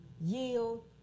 yield